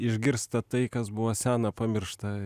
išgirsta tai kas buvo sena pamiršta